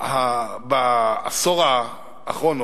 בעשור האחרון,